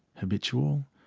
habitual,